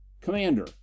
Commander